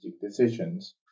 decisions